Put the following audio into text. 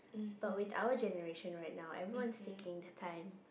but with our generation right now everyone's taking their time